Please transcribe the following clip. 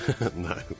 no